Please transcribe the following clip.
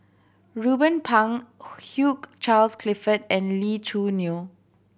Ruben Pang Hugh Charles Clifford and Lee Choo Neo